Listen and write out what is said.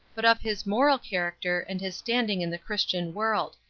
but of his moral character, and his standing in the christian world.